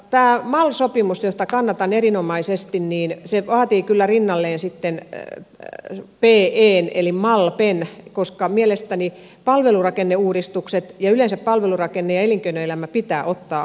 tämä mal sopimus jota kannatan erinomaisesti vaatii kyllä rinnalleen sitten pen eli malpen koska mielestäni palvelurakenneuudistukset ja yleensä palvelurakenne ja elinkeinoelämä pitää ottaa huomioon